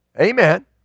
Amen